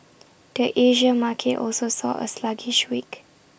the Asia market also saw A sluggish week